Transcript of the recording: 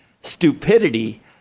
stupidity